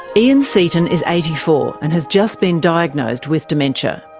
ean seaton is eighty four, and has just been diagnosed with dementia.